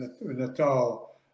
Natal